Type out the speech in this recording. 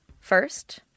first